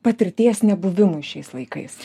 patirties nebuvimui šiais laikais